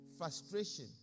Frustration